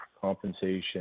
compensation